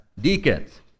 deacons